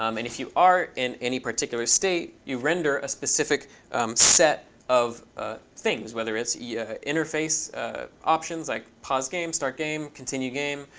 um and if you are in any particular state, you render a specific set of things, whether it's the yeah interface options, like pause game, start game, continue game,